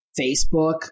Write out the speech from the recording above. Facebook